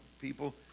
people